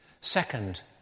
Second